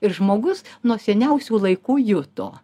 ir žmogus nuo seniausių laikų juto